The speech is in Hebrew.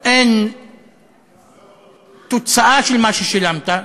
אין תוצאה של מה ששילמת,